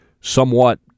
somewhat